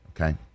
okay